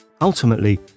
Ultimately